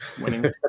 Winning